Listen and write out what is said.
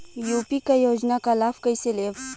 UP क योजना क लाभ कइसे लेब?